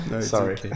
Sorry